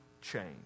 change